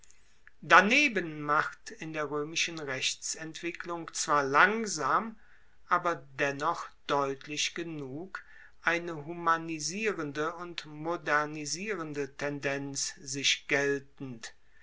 daneben macht in der roemischen rechtsentwicklung zwar langsam aber dennoch deutlich genug eine humanisierende und modernisierende tendenz sich geltend